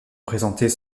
présentées